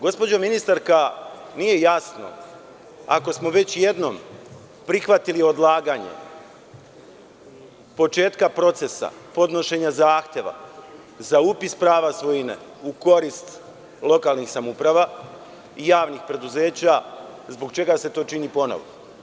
Gospođo ministarka, nije jasno ako smo već jednom prihvatili odlaganje početka procesa podnošenja zahteva za upis prava svojine u korist lokalnih samouprava i javnih preduzeća, zbog čega se to čini ponovo?